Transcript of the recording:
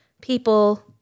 people